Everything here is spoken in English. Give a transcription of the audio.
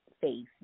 face